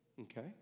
Okay